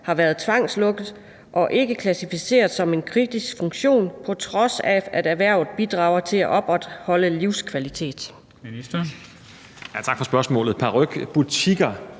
har været tvangslukket og ikke klassificeret som en kritisk funktion, på trods af at erhvervet bidrager til at opretholde livskvalitet?